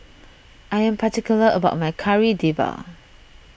I am particular about my Kari Debal